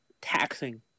taxing